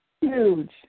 huge